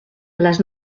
les